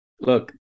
Look